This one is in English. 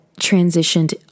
transitioned